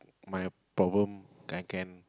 my problem I can